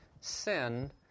sin